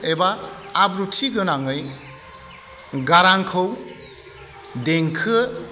एबा आब्रुथि गोनाङै गारांखौ देंखो